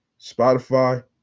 Spotify